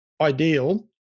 ideal